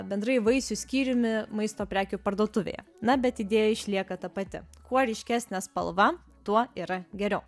bendrai vaisių skyriumi maisto prekių parduotuvėje na bet idėja išlieka ta pati kuo ryškesnė spalva tuo yra geriau